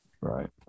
Right